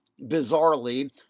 bizarrely